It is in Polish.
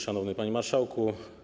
Szanowny Panie Marszałku!